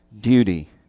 duty